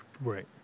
Right